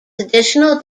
additional